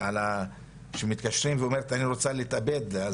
שהיא מתקשרת ואומרת אני רוצה להתאבד.